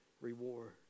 reward